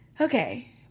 Okay